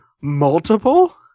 multiple